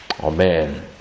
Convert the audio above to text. Amen